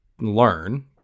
learn